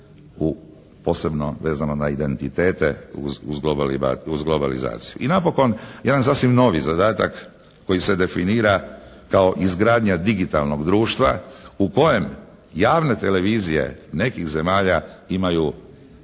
posebno vezano na identitete uz globalizaciju. I napokon sasvim jedan novi podatak koji se definira kao izgradnja digitalnog društva u kojem javne televizije nekih zemalja imaju